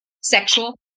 sexual